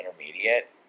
intermediate